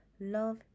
love